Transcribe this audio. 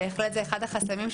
בהחלט זה אחד החסמים,